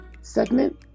segment